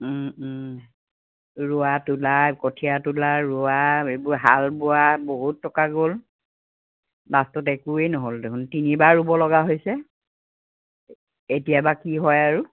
ৰুৱা তোলা কঠীয়া তোলা ৰুৱা এইবোৰ হাল বোৱা বহুত টকা গ'ল লাষ্টত একোৱে নহ'ল দেখোন তিনিবাৰ ৰুব লগা হৈছে এতিয়া বা কি হয় আৰু